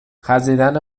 خزیدن